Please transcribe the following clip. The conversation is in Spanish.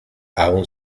aún